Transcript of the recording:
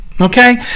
Okay